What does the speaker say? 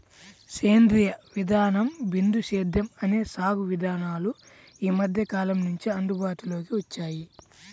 సేంద్రీయ విధానం, బిందు సేద్యం అనే సాగు విధానాలు ఈ మధ్యకాలం నుంచే అందుబాటులోకి వచ్చాయి